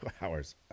hours